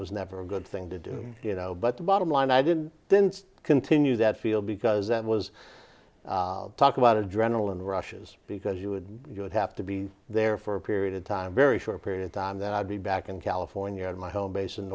was never a good thing to do you know but the bottom line i didn't didn't continue that feel because that was talk about adrenaline rushes because you would have to be there for a period of time very short period of time then i'd be back in california at my home base in